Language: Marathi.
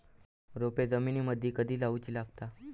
रोपे जमिनीमदि कधी लाऊची लागता?